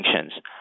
sanctions –